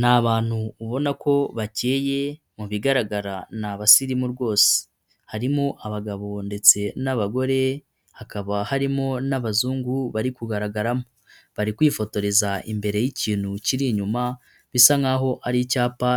Ni abantu ubona ko bakeye, mu bigaragara ni abasirimu rwose. Harimo abagabo ndetse n'abagore, hakaba harimo n'abazungu bari kugaragaramo. Bari kwifotoreza imbere y'ikintu kiri inyuma, bisa nk'aho ari icyapa